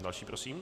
Další prosím.